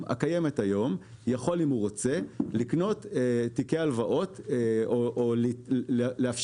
יכול אם הוא רוצה לקנות תיקי הלוואות או לאפשר